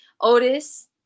Otis